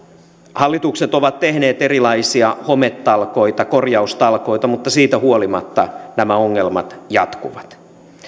hallitukset ovat tehneet erilaisia hometalkoita korjaustalkoita mutta siitä huolimatta nämä ongelmat jatkuvat